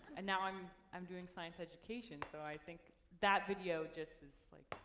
and now i'm i'm doing science education. so, i think that video just is like,